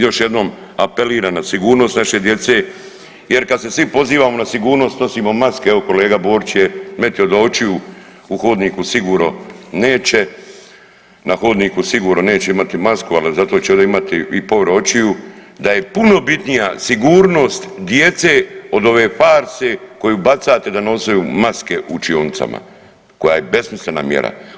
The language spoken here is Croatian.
Još jednom apeliram na sigurnost naše djece jer kad se svi pozivamo na sigurnost, nosimo maske, evo, kolega Borić je metio do očiju, u hodniku sigurno neće, na hodniku sigurno neće imati masku, ali zato će ovdje imati i ... očiju, da je puno bitnija sigurnost djece od ove farse koju bacate da nosaju maske u učionicama koja je besmislena mjera.